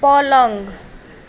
पलङ